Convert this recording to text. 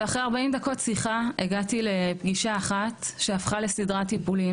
ואחרי 40 דקות שיחה הגעתי לפגישה אחת שהפכה לסדרת טיפולים.